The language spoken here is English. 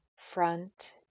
front